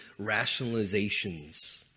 rationalizations